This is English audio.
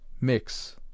Mix